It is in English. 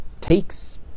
takes